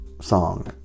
song